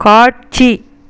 காட்சி